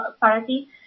parity